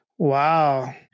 Wow